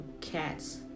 cats